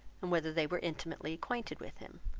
and whether they were intimately acquainted with him.